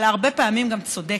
אלא הרבה פעמים גם צודקת.